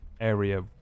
area